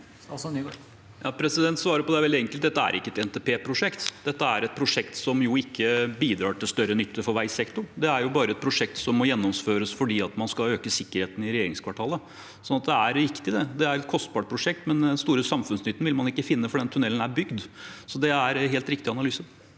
Svaret på det er veldig enkelt: Dette er ikke et NTP-prosjekt. Dette er et prosjekt som ikke bidrar til større nytte for veisektoren. Det er bare et prosjekt som må gjennomføres fordi man skal øke sikkerheten i regjeringskvartalet. Det er riktig at det er et kostbart prosjekt, men den store samfunnsnytten vil man ikke finne før den tunnelen er bygd. Det er en helt riktig analyse.